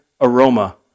aroma